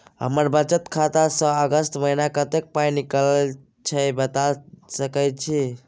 हमर बचत खाता स अगस्त महीना कत्ते पाई निकलल छै बता सके छि?